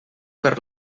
per